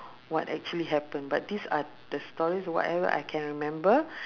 what actually happen but these are the stories whatever I can remember